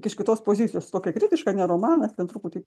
iš kitos pozicijos su tokia kritiška ne romanas ten truputį